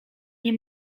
nie